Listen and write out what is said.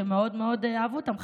שמאוד מאוד אהבו אותם.